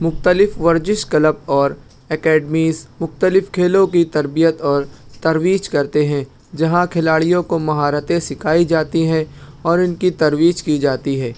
مختلف ورزش کلب اور اکیڈمیز مختلف کھیلوں کی تربیت اور تجویز کرتے ہیں جہاں کھیلاڑیوں کو مہارتیں سِکھائی جاتی ہیں اور اُن کی تجویز کی جاتی ہے